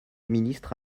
ministre